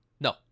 No